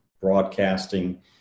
broadcasting